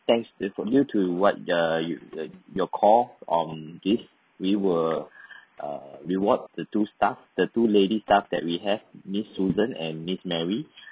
thanks it's due to what ya you your call on this we will uh reward the two staff the two ladies staff that we have miss susan and miss mary